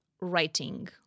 writing